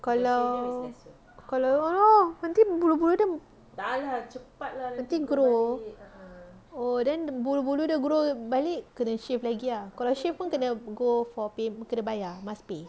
kalau kalau oh nanti bulu-bulu dia nanti grow oh then bulu-bulu dia grow balik kena shave lagi lah kalau shave pun kena go for payment kena bayar must pay